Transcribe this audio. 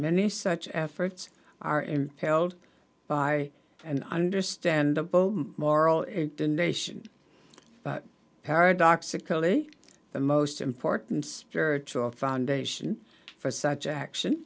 many such efforts are impelled by an understandable moral in the nation but paradoxically the most important spiritual foundation for such action